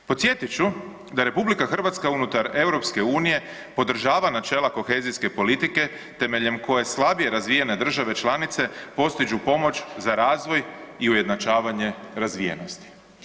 Podsjetit ću da RH unutar EU podržava načela kohezijske politike temeljem koje slabije razvijene države članice postižu pomoć za razvoj i ujednačavanje razvijenosti.